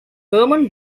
berman